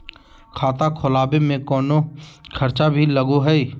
खाता खोलावे में कौनो खर्चा भी लगो है?